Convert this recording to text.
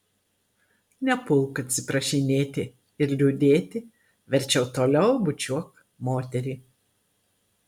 nepulk atsiprašinėti ir liūdėti verčiau toliau bučiuok moterį